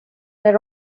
were